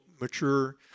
mature